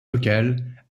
locale